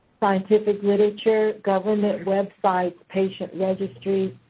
scientific literature, government websites, patient registry,